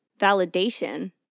validation